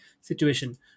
situation